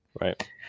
Right